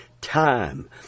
time